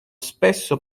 spesso